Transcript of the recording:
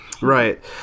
Right